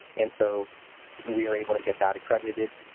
and so we were able to get that accredited.